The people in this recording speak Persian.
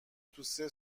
توسه